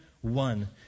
one